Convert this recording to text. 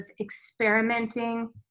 experimenting